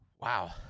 Wow